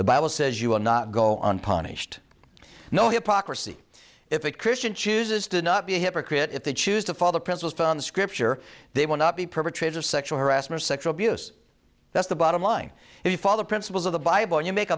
the bible says you will not go unpunished no hypocrisy if it christian chooses to not be a hypocrite if they choose to follow the prince was found scripture they will not be perpetrators of sexual harassment sexual abuse that's the bottom line if you follow the principles of the bible you make